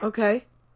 Okay